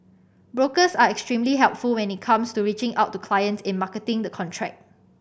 brokers are extremely helpful when it comes to reaching out to clients in marketing the contract